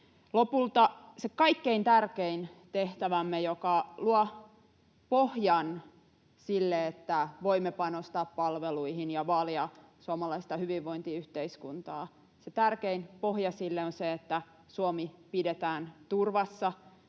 Lopulta se kaikkein tärkein tehtävämme, joka luo pohjan sille, että voimme panostaa palveluihin ja vaalia suomalaista hyvinvointiyhteiskuntaa, on se, että Suomi pidetään turvassa